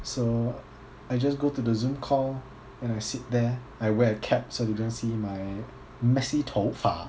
so I just go to the Zoom call and I sit there I wear a cap so you don't see my messy 头发